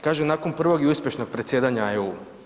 Kaže nakon prvog i uspješnog presjedanja EU.